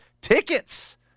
Tickets